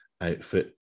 outfit